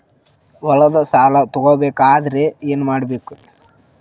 ಹೊಲದ ಸಾಲ ತಗೋಬೇಕಾದ್ರೆ ಏನ್ಮಾಡಬೇಕು?